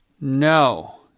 No